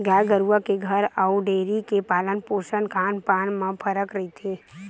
गाय गरुवा के घर अउ डेयरी के पालन पोसन खान पान म फरक रहिथे